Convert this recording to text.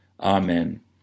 Amen